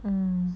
um